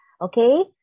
Okay